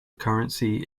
currency